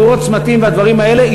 תאורת צמתים והדברים האלה,